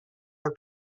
for